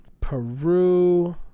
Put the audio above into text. peru